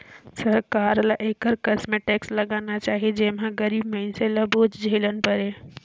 सरकार ल एकर कस में टेक्स लगाना चाही जेम्हां गरीब मइनसे ल बोझ झेइन परे